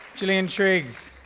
gillian triggs.